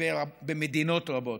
במדינות רבות.